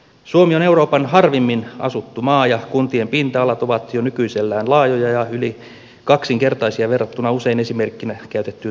suomi on euroopan harvimmin asuttu maa ja kuntien pinta alat ovat jo nykyisellään laajoja ja yli kaksinkertaisia verrattuna usein esimerkkinä käytettyyn tanskaan